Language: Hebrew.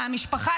מהמשפחה,